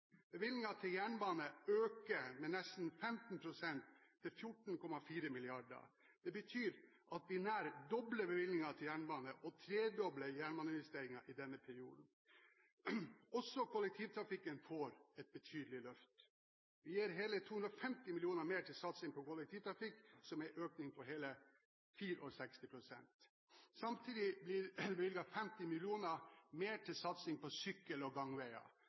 til jernbanen øker med nesten 15 pst., til 14,4 mrd. kr. Det betyr at vi nær dobler bevilgningene til jernbanen og tredobler jernbaneinvesteringene i denne perioden. Også kollektivtrafikken får et betydelig løft. Vi gir hele 250 mill. kr mer til satsing på kollektivtrafikken, som er en økning på hele 64 pst. Samtidig blir det bevilget 50 mill. kr mer til satsing på sykkel- og gangveier.